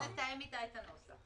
היא הסכימה, נתאם אתה את הנוסח.